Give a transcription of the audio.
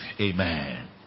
Amen